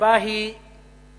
הסיבה היא בעיקר